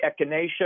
echinacea